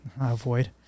avoid